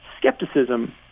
skepticism